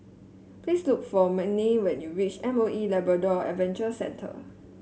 please look for Manie when you reach M O E Labrador Adventure Centre